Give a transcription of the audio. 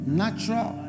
natural